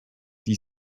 die